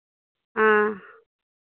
हँ